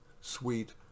sweet